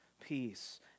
peace